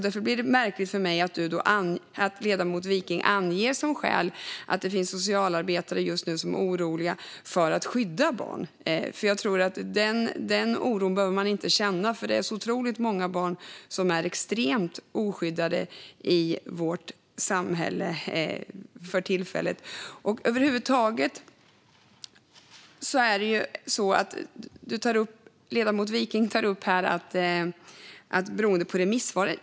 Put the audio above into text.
Därför blir det märkligt för mig att ledamoten Wiking anger som skäl att det finns socialarbetare som är oroliga för att skydda barn. Den oron behöver de inte känna; det finns så otroligt många barn som är extremt oskyddade i vårt samhälle. Ledamoten Wiking tar upp att hanteringen beror på remissvaren.